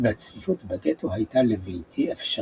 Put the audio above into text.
והצפיפות בגטו הייתה לבלתי אפשרית.